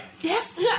Yes